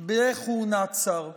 בכהונת שר.